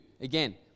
Again